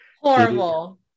Horrible